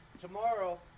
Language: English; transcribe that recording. Tomorrow